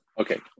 Okay